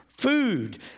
Food